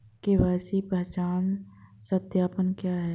KYC पहचान सत्यापन क्या है?